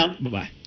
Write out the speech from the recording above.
Bye-bye